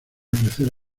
crecer